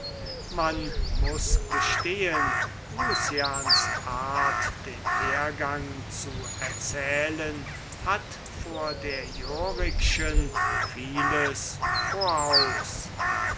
man muß gestehen lucians art den hergang zu erzählen hat vor der yorikischen vieles voraus